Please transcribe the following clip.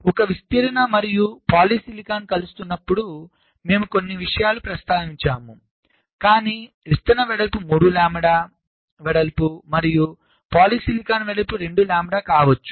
కాబట్టి ఒక విస్తరణ మరియు పాలిసిలికాన్ కలుస్తున్నప్పుడు మేము కొన్ని విషయాలు ప్రస్తావించాము కాని విస్తరణ వెడల్పు 3 లాంబ్డా వెడల్పు మరియు పాలిసిలికాన్ వెడల్పు 2 లాంబ్డా కావచ్చు